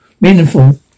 Meaningful